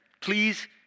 please